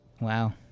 Wow